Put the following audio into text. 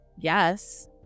yes